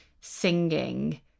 singing